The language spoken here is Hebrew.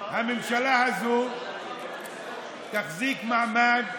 הממשלה הזאת תחזיק מעמד,